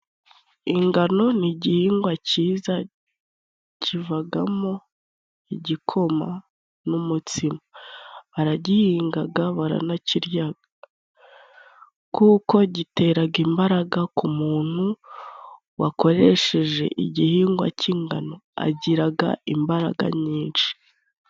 Ingano ni igihingwa ciza kivagamo igikoma n'umutsima. baragihingaga, baranakiryaga. Kuko giteraga imbaraga ku muntu wakoresheje igihingwa cy'ingano agiraga imbaraga nyinshi.